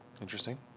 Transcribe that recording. Interesting